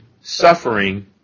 suffering